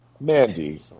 Mandy